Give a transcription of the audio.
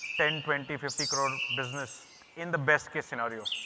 ten twenty fifty crore business in the best case scenario.